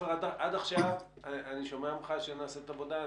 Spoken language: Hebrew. עד עכשיו אני שומע ממך שנעשית עבודה,